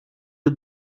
you